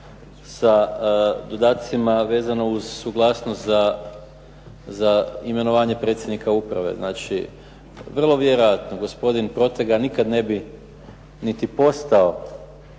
sa dodacima vezano uz suglasnost za imenovanje predsjednika uprave. Znači vrlo vjerojatno gospodin Protega nikad ne bi niti postao